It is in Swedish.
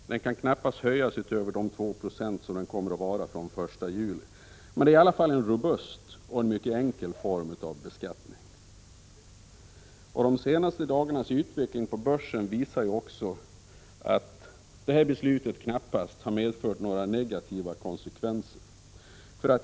Den kan knappast höjas utöver de 2 70 som den kommer att uppgå till efter den 1 juli. Det är dock en robust och mycket enkel form av beskattning. De senaste dagarnas utveckling på börsen visar också att beskedet om att regeringen vill höja omsättningsskatten knappast har medfört några negativa konsekvenser.